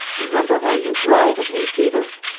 remember how you growled at me, peter?